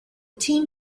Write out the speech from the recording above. team